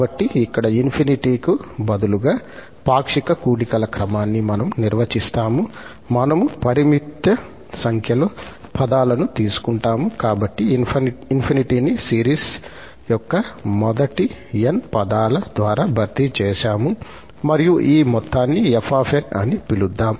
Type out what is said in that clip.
కాబట్టి ఇక్కడ ∞ కు బదులుగా పాక్షిక కూడికల క్రమాన్ని మనము నిర్వచిస్తాము మనము పరిమిత సంఖ్యలో పదాలను తీసుకుంటాము కాబట్టి ∞ ని సీరీస్ యొక్క ఈ మొదటి 𝑛 పదాల ద్వారా భర్తీ చేసాము మరియు ఈ మొత్తాన్ని 𝑓𝑛 అని పిలుద్దాం